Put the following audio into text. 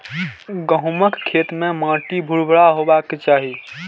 गहूमक खेत के माटि भुरभुरा हेबाक चाही